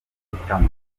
guhitamo